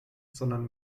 sondern